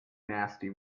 nasty